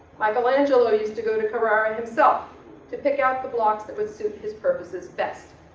michelangelo used to go to carrara himself to pick out the blocks that would suit his purposes best,